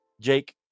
Jake